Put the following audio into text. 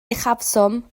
uchafswm